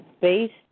based